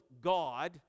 God